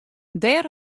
dêr